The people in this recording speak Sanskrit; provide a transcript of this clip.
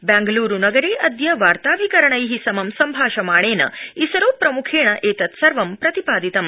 बैंगलूरू नगरे अद्य वार्ताभिकरण समं सम्भाषमाणेन इसरो प्रमुखेण एतत्सवंं प्रतिपादितम्